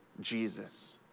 Jesus